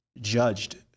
judged